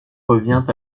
revient